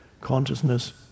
Consciousness